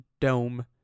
Dome